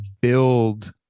build